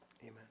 Amen